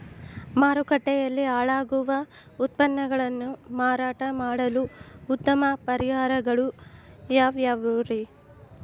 ಮಾರುಕಟ್ಟೆಯಲ್ಲಿ ಹಾಳಾಗುವ ಉತ್ಪನ್ನಗಳನ್ನ ಮಾರಾಟ ಮಾಡಲು ಉತ್ತಮ ಪರಿಹಾರಗಳು ಯಾವ್ಯಾವುರಿ?